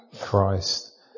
Christ